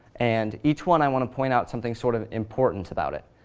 and each one i want to point out something sort of important about it.